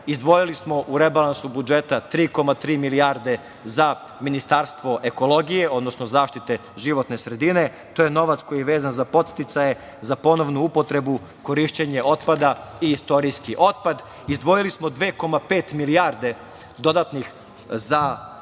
izdvojili smo u rebalansu budžeta 3,3 milijarde za Ministarstvo ekologije, odnosno zaštite životne sredine i to je novac koji je vezan za podsticaje, za ponovnu upotrebu, korišćenje otpada. Istorijski otpad, izdvojili smo 2,5 milijarde dodatnih za